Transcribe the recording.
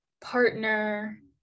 partner